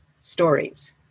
stories